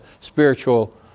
spiritual